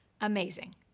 Amazing